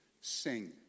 sing